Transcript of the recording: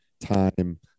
time